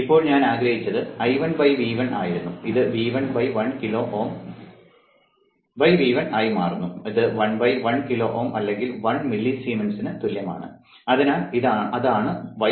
ഇപ്പോൾ ഞാൻ ആഗ്രഹിച്ചത് I1 V1 ആയിരുന്നു ഇത് V1 1 കിലോ Ω V1 ആയി മാറുന്നു ഇത് 1 1 കിലോ Ω അല്ലെങ്കിൽ 1 മില്ലിസീമെൻസിന് തുല്യമാണ് അതിനാൽ അതാണ് y11